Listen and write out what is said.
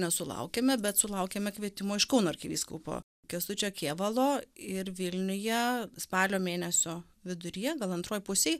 nesulaukėme bet sulaukėme kvietimo iš kauno arkivyskupo kęstučio kėvalo ir vilniuje spalio mėnesio viduryje gal antroj pusėj